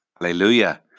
Hallelujah